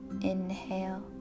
inhale